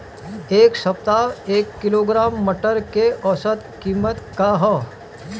एक सप्ताह एक किलोग्राम मटर के औसत कीमत का ह?